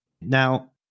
Now